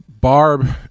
Barb